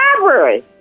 library